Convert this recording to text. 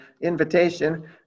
invitation